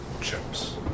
chips